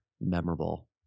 memorable